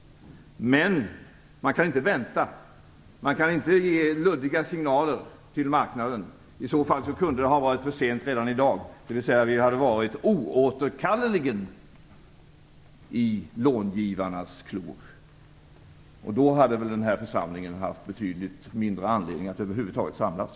Men man kan inte vänta. Man kan inte ge luddiga signaler till marknaden. I så fall kunde det har varit för sent redan i dag. Vi hade oåterkalleligen varit i långivarnas klor. Då hade denna församling haft betydligt mindre anledning att över huvud taget samlas.